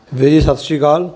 ਵੀਰੇ ਸਤਿ ਸ਼੍ਰੀ ਅਕਾਲ